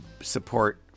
support